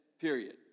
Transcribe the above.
period